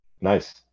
nice